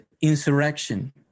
insurrection